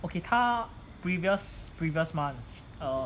okay 他 previous previous month err